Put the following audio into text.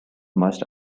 must